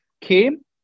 came